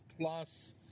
plus